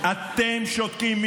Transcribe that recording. אתם שותקים.